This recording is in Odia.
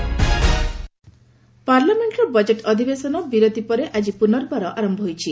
ଏଲ୍ଏସ୍ ଆଡଜର୍ଣ୍ଣଡ ପାର୍ଲାମେଣ୍ଟର ବଜେଟ୍ ଅଧିବେଶନ ବିରତି ପରେ ଆଜି ପୁନର୍ବାର ଆରମ୍ଭ ହୋଇଛି